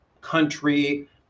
country